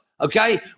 Okay